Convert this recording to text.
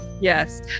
Yes